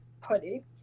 Putty